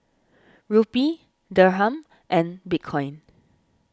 Rupee Dirham and Bitcoin